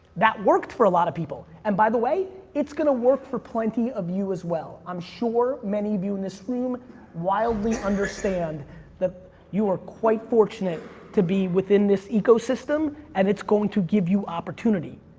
that worked worked for a lot of people, and by the way, it's gonna work for plenty of you, as well. i'm sure many of you in this room wildly understand that you are quite fortunate to be within this ecosystem, and it's going to give you opportunity.